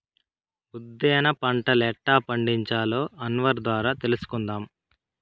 ఉద్దేన పంటలెట్టా పండించాలో అన్వర్ ద్వారా తెలుసుకుందాం